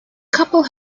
couple